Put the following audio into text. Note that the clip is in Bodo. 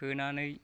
सोनानै